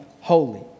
holy